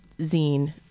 zine